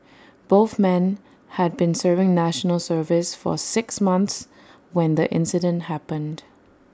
both men had been serving National Service for six months when the incident happened